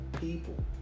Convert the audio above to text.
people